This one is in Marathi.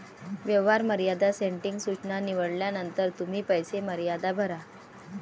व्यवहार मर्यादा सेटिंग सूचना निवडल्यानंतर तुम्ही पैसे मर्यादा भरा